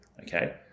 Okay